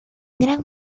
gran